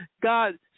God